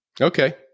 Okay